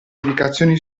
indicazioni